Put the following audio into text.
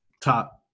top